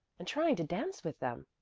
and trying to dance with them,